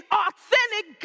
authentic